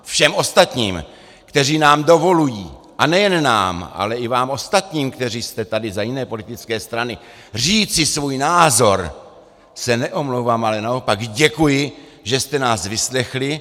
Všem ostatním, kteří nám dovolují, a nejen nám, ale i vám ostatním, kteří jste tady za jiné politické strany, říci svůj názor, se neomlouvám, ale naopak děkuji, že jste nás vyslechli.